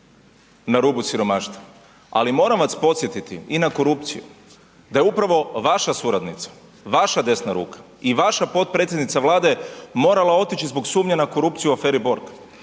na rubu siromaštva. Ali moram vas podsjetiti i na korupciju, da je upravo vaša suradnica, vaša desna ruka i vaša potpredsjednica Vlade morala otići zbog sumnje na korupciju u aferi Borg.